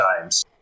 times